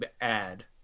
add